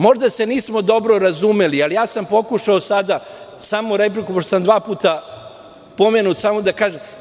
Možda se nismo dobro razumeli, ali sam sada pokušao replikom, pošto sam dva puta pomenut, samo da kažem.